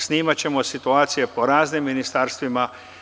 Snimaćemo situacije po raznim ministarstvima.